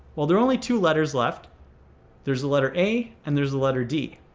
well, there are only two letters left there's a letter a and there's a letter d.